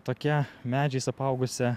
tokia medžiais apaugusia